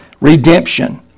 redemption